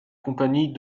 compagnie